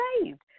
saved